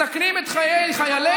מסכנים את חיי חיילינו?